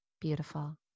Beautiful